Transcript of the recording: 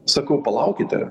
sakau palaukite